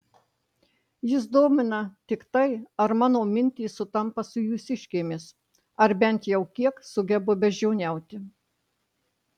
jus domina tik tai ar mano mintys sutampa su jūsiškėmis ar bent jau kiek sugebu beždžioniauti